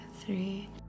three